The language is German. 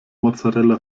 mozzarella